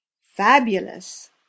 fabulous